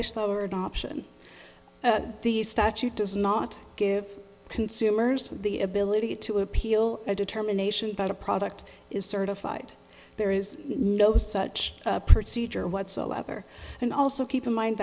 that our adoption at the statute does not give consumers the ability to appeal a determination that a product is certified there is no such procedure whatsoever and also keep in mind